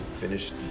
finished